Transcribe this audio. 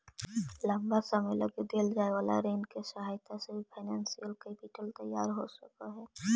लंबा समय लगी देल जाए वाला ऋण के सहायता से भी फाइनेंशियल कैपिटल तैयार हो सकऽ हई